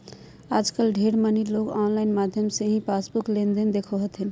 आजकल ढेर मनी लोग आनलाइन माध्यम से ही पासबुक लेनदेन देखो हथिन